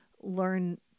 learn